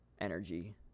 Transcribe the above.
energy